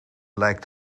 lijkt